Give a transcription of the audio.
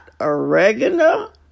oregano